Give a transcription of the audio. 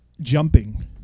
jumping